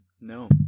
No